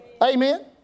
Amen